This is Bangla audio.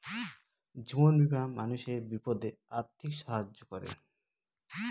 জীবন বীমা মানুষের বিপদে আর্থিক সাহায্য করে